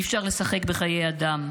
אי-אפשר לשחק בחיי אדם.